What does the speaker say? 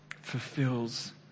fulfills